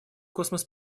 космос